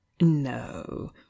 no